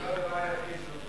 זה לא הדבר היחיד שלא מדויק שם.